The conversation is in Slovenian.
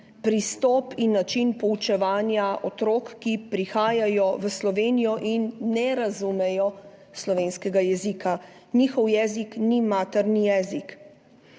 pristop in način poučevanja otrok, ki prihajajo v Slovenijo in ne razumejo slovenskega jezika, ki ni njihov materni jezik.